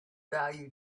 value